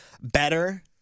better